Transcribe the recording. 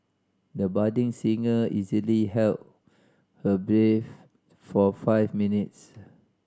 the budding singer easily held her breath for five minutes